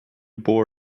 board